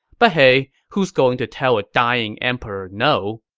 but hey, who's going to tell a dying emperor no?